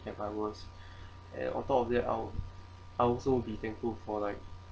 if I was and on top of that I'll also be thankful for like